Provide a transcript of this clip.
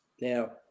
Now